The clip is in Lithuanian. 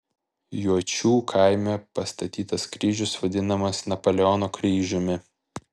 juočių kaime pastatytas kryžius vadinamas napoleono kryžiumi